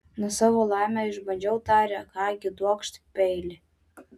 na savo laimę išbandžiau tarė ką gi duokš peilį